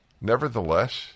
Nevertheless